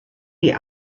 die